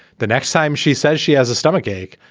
the next time she says she has a stomach ache.